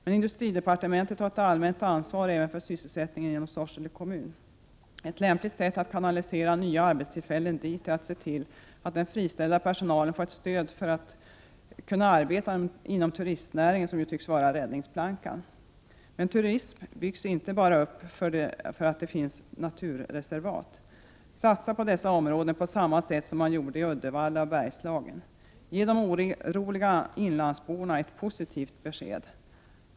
Men industridepartementet har ett allmänt ansvar även för sysselsättningen inom Sorsele kommun. Ett lämpligt sätt att kanalisera nya arbetstillfällen dit är att se till att den friställda personalen får ett stöd för att kunna arbeta inom turistnäringen, som ju tycks vara räddningsplankan. Men turism byggs inte upp bara för att det finns naturreservat. Satsa på dessa områden på samma sätt som man gjorde i Uddevalla och Bergslagen! Ge de oroliga inlandsborna ett positivt besked!